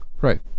Right